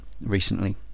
recently